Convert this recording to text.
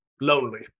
lonely